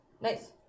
Nice